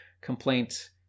complaint